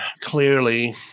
Clearly